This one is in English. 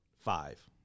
Five